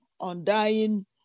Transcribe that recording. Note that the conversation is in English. undying